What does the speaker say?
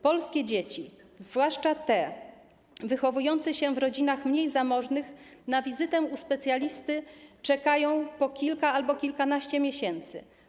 Polskie dzieci, zwłaszcza te wychowujące się w rodzinach mniej zamożnych, na wizytę u specjalisty czekają po kilka albo kilkanaście miesięcy.